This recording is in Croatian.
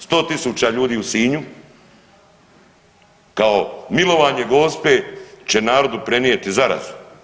100 000 ljudi u Sinju kao milovanje Gospe će narodu prenijeti zarazu.